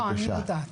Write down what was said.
לא, אני איתה.